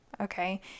Okay